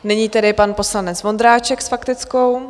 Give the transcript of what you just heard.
Nyní tedy pan poslanec Vondráček s faktickou.